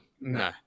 no